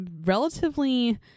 relatively